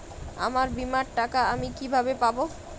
আমার বীমার টাকা আমি কিভাবে পাবো?